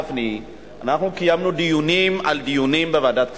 אנחנו קיימנו דיונים על דיונים אצל הרב גפני בוועדת הכספים.